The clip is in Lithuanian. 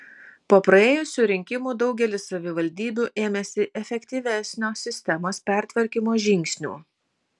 po praėjusių rinkimų daugelis savivaldybių ėmėsi efektyvesnio sistemos pertvarkymo žingsnių